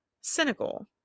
cynical